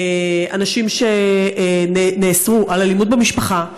אנשים שנאסרו על אלימות במשפחה.